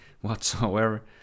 whatsoever